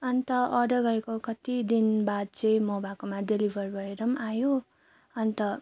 अन्त अर्डर गरेको कति दिन बाद चाहिँ म भएकोमा डेलिभर भएर पनि आयो अन्त